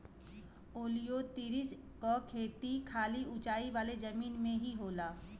ओलियोतिरिस क खेती खाली ऊंचाई वाले जमीन में ही होला